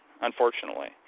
unfortunately